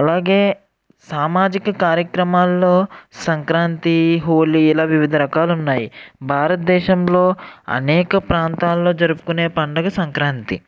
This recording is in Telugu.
అలాగే సామాజిక కార్యక్రమాల్లో సంక్రాంతి హోలీ ఇలా వివిధ రకాలు ఉన్నాయి భారత దేశంలో అనేక ప్రాంతాల్లో జరుపుకునే పండుగ సంక్రాంతి